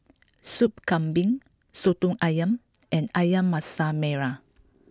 soup Kambing Soto Ayam and Ayam Masak Merah